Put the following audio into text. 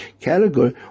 category